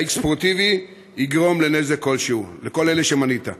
דיג ספורטיבי, יגרום לנזק כלשהו לכל אלה שמנית?